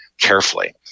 carefully